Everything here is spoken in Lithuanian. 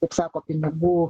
kaip sako pinigų